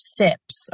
sips